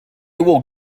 will